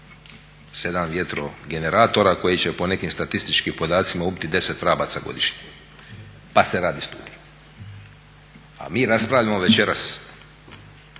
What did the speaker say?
7 vjetro generatora koji će po nekim statističkim podacima ubiti 10 vrabaca godišnje pa se radi studija. A mi raspravljamo večeras